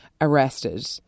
arrested